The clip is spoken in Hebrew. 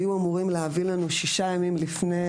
היו אמורים להביא לנו שישה ימים לפני